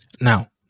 Now